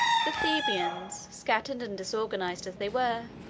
the thebans, scattered and disorganized as they were,